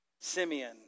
Simeon